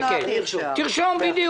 תרשום.